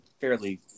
fairly